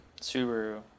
Subaru